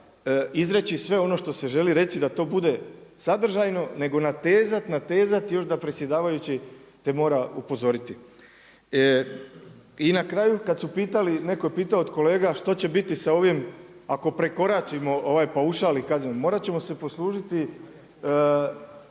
izreći sve ono što se želi reći da to bude sadržajno, nego natezati, natezati još da predsjedavajući te mora upozoriti? I na kraju kada su pitali, netko je pitao od kolega što će biti sa ovim ako prekoračimo ovaj paušal i kazne, morati ćemo se poslužiti